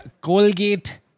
Colgate